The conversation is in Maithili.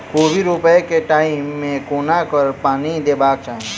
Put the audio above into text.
कोबी रोपय केँ टायम मे कोना कऽ पानि देबाक चही?